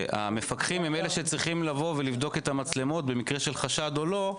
שהמפקחים הם אלה שצריכים לבוא ולבדוק את המצלמות במקרה של חשד או לא,